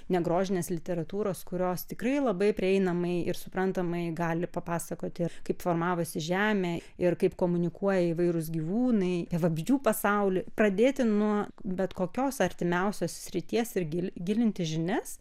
negrožinės literatūros kurios tikrai labai prieinamai ir suprantamai gali papasakoti ir kaip formavosi žemė ir kaip komunikuoja įvairūs gyvūnai vabzdžių pasauly pradėti nuo bet kokios artimiausios srities ir gi gilinti žinias